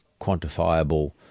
quantifiable